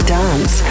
dance